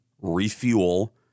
refuel